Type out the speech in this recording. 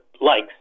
likes